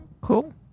Cool